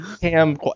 cam